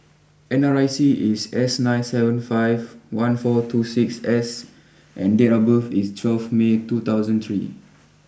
N R I C is S nine seven five one four two six S and date of birth is twelve May two thousand three